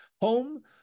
home